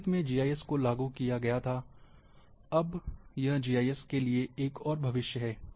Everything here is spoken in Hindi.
अतीत में जीआईएस को लागू किया गया था और अब यह जीआईएस के लिए एक और भविष्य है